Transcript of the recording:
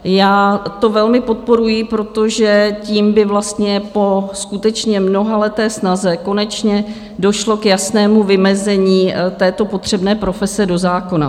Já to velmi podporuji, protože tím by po skutečně mnohaleté snaze konečně došlo k jasnému vymezení této potřebné profese do zákona.